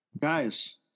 Guys